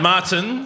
Martin